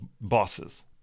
bosses